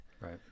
Right